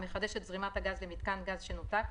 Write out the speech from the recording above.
המחדש את זרימת הגז למיתקן גז שנותק,